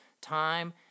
time